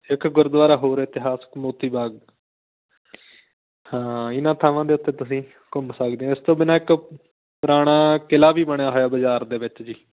ਇੱਕ ਗੁਰਦੁਆਰਾ ਹੋਰ ਇਤਿਹਾਸਿਕ ਮੋਤੀ ਬਾਗ ਹਾਂ ਇਹਨਾਂ ਥਾਵਾਂ ਦੇ ਉੱਤੇ ਤੁਸੀਂ ਘੁੰਮ ਸਕਦੇ ਹੋ ਇਸ ਤੋਂ ਬਿਨਾਂ ਇੱਕ ਪੁਰਾਣਾ ਕਿਲ੍ਹਾ ਵੀ ਬਣਿਆ ਹੋਇਆ ਬਜ਼ਾਰ ਦੇ ਵਿੱਚ ਜੀ